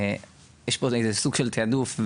שיש פה איזה סוג של תעדוף,